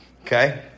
okay